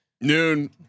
Noon